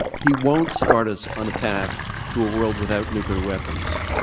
he won't start us on a path to a world without nuclear weapons.